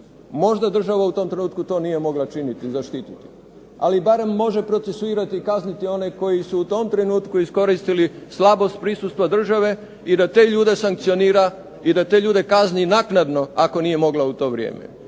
možda u tom trenutku to nije mogla činiti, zaštiti ih, ali barem može procesuirati one i kazniti ih koji su u tom trenutku iskoristili slabost prisustva države i da te ljude sankcionira i da te ljude kazni naknadno ako nije mogla u to vrijeme.